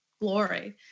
glory